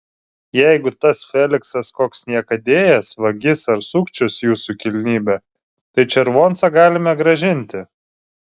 jeigu tas feliksas koks niekadėjas vagis ar sukčius jūsų kilnybe tai červoncą galime grąžinti